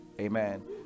Amen